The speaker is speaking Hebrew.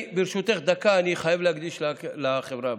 ברשותך, דקה אני חייב להקדיש לחברה הבדואית.